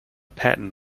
pattern